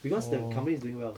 because the company is doing well